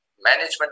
Management